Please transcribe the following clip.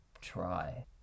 try